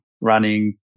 running